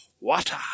Water